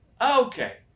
Okay